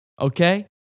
okay